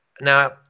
Now